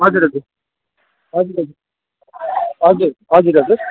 हजुर हजुर हजुर हजुर हजुर हजुर हजुर